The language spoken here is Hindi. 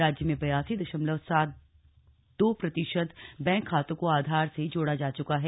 राज्य में बयासी दशमलव सात दो प्रतिशत बैंक खातों को आधार से जोड़ा जा चुका है